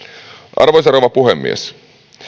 arvoisa rouva puhemies